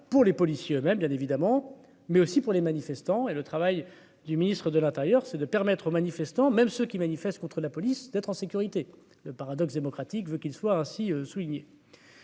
pour les policiers eux-mêmes, bien évidemment, mais aussi pour les manifestants et le travail du ministre de l'Intérieur, c'est de permettre aux manifestants, même ceux qui manifestent contre la police, d'être en sécurité le paradoxe démocratique veut qu'il soit ainsi souligné.